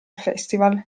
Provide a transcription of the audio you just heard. festival